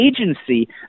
agency